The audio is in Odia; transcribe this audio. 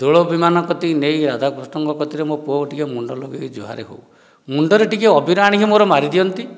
ଦୋଳ ବିମାନ କତିକି ନେଇ ରାଧାକୃଷ୍ଣଙ୍କ କତିରେ ମୋ ପୁଅ ଟିକେ ମୁଣ୍ଡ ଲଗେଇ ଜୁହାର ହେଉ ମୁଣ୍ଡରେ ଟିକେ ଅବିର ଆଣିକି ମୋର ମାରିଦିଅନ୍ତି